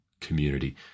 community